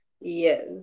Yes